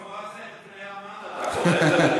כמו עשרת בני המן אתה קורא את זה,